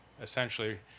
essentially